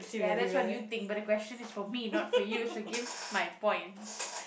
ya that's what you think but the question is for me not for you so give my points